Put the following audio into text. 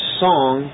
song